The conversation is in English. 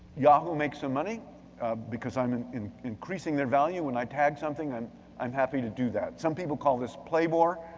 yahoo makes some money because i'm and increasing their value when i tag something, i'm i'm happy to do that. some people call this play bore.